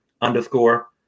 underscore